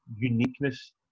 uniqueness